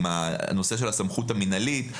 הנושא של הסמכות המנהלית,